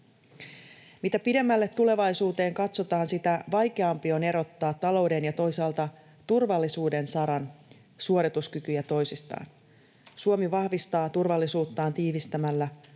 Mitä pidemmälle tulevaisuuteen katsotaan, sitä vaikeampi on erottaa talouden ja toisaalta turvallisuuden saran suorituskykyjä toisistaan. Suomi vahvistaa turvallisuuttaan tiivistämällä